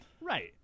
Right